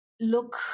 look